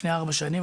לפני ארבע שנים,